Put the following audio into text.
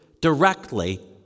directly